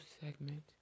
segment